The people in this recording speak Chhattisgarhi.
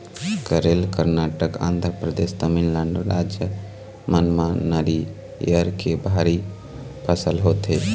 केरल, करनाटक, आंध्रपरदेस, तमिलनाडु राज मन म नरियर के भारी फसल होथे